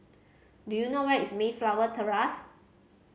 do you know where is Mayflower Terrace